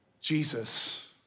Jesus